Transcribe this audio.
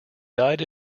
died